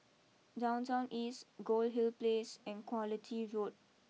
Downtown East Goldhill place and quality Road